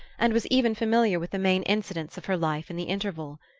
and was even familiar with the main incidents of her life in the interval.